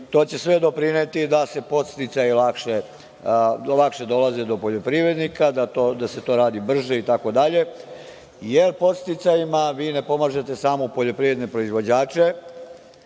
To će sve doprineti da podsticaji lakše dolaze do poljoprivrednika, da se to radi brže itd. jer podsticajima vi ne pomažete samo poljoprivredne proizvođače,